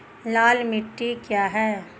लाल मिट्टी क्या है?